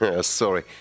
sorry